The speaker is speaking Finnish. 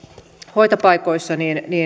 hoitopaikoissa